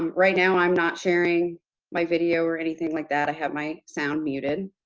right now i'm not sharing my video or anything like that. i have my sound muted.